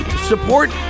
support